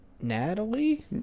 Natalie